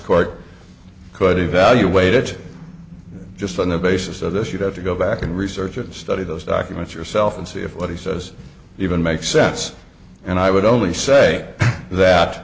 court could evaluate it just on the basis of this you'd have to go back and research and study those documents yourself and see if what he says even makes sense and i would only say that